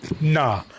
Nah